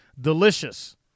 delicious